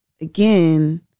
Again